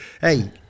Hey